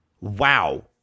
Wow